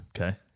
Okay